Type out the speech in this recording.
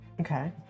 Okay